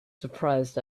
surprised